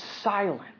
silent